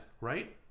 Right